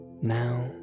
Now